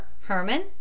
Herman